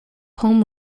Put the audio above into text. home